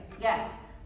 Yes